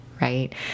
right